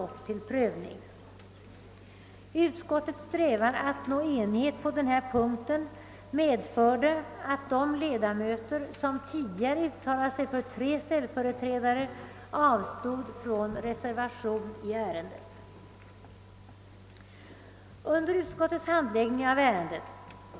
Utredningens förslaginnebär — utöver att antalet ombudsmän skall vara oförändrat — i huvudsak följande.